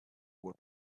what